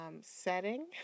setting